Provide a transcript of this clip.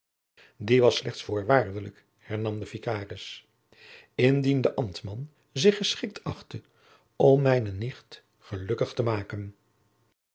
die was slechts voorwaardelijk hernam de vikaris indien de ambtman zich geschikt achtte om mijne nicht gelukkig te maken